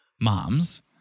moms